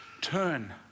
Turn